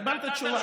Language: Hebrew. קיבלת תשובה.